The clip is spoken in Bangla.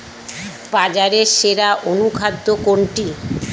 বাজারে সেরা অনুখাদ্য কোনটি?